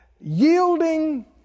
yielding